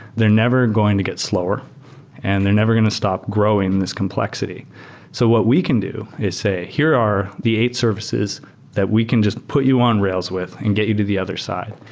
they're never going to get slower and they're never going to stop growing this complexity so what we can do is say here are the eight services that we can just put you on rails with and get you to the other side.